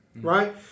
right